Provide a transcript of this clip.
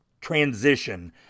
transition